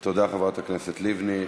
תודה, חברת הכנסת לבני.